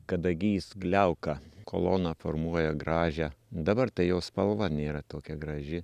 kadagys liauka koloną formuoja gražią dabar tai jo spalva nėra tokia graži